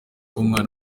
umwana